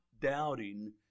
doubting